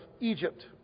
Egypt